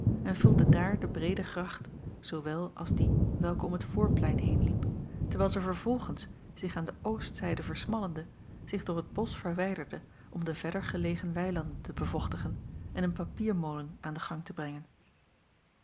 en vulde daar de breede gracht zoowel als die welke om het voorplein heenliep terwijl zij vervolgens zich aan de oostzijde versmallende zich door het bosch verwijderde om de verder gelegen weilanden te bevochtigen en een papiermolen aan den gang te brengen